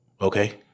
okay